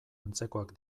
antzekoak